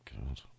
God